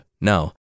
no